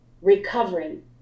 recovering